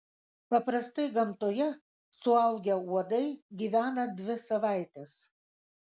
paprastai gamtoje suaugę uodai gyvena dvi savaites